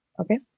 Okay